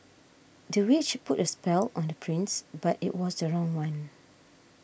the witch put a spell on the prince but it was the wrong one